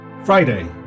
Friday